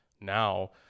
now